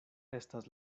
estas